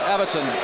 Everton